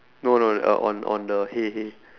no no uh on on the hay hay